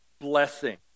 blessing